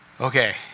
okay